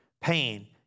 pain